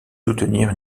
soutenir